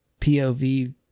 POV